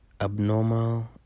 abnormal